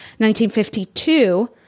1952